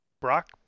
Brock